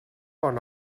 bon